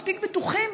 מספיק בטוחים,